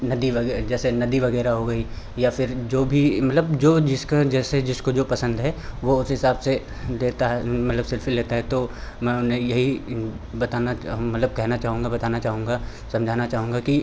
नदी जैसे नदी वगैरह हो गई या फिर जो भी मतलब जो जिसका जैसे जिसको जो पसंद है वो उस हिसाब से देता है मतलब सेल्फ़ी लेता है तो मैं उन्हें यही बताना मतलब कहना चाहूँगा बताना चाहूँगा समझाना चाहूँगा कि